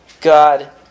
God